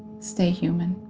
stay human